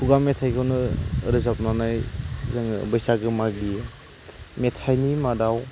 खुगा मेथाइ खौनो रोजाबनानै जोङो बैसागो मागियो मेथाइनि मादाव